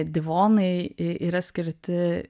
divonai i yra skirti